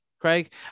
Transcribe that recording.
Craig